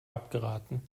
abgeraten